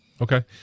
Okay